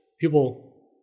People